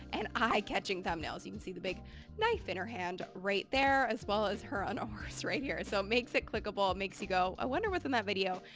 and eye-catching thumbnails. you can see the big knife in her hand right there, as well as her on a horse right here. so makes it clickable, makes you go, i wonder what's in that video?